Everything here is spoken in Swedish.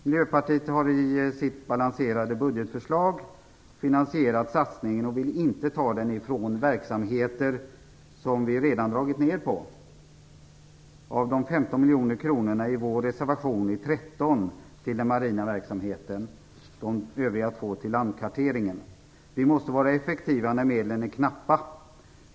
Miljöpartiet har i sitt balanserade budgetförslag finansierat satsningen och vill inte ta den ifrån verksamheter som vi redan dragit ner på. Av 15 miljoner kronor i vår reservation är 13 till den marina verksamheten. De övriga 2 är till landkarteringen. Vi måste vara effektiva när medlen är knappa.